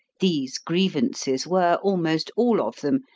these grievances were, almost all of them,